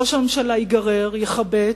ראש הממשלה ייגרר, ייחבט,